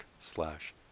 slash